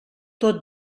tot